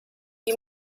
die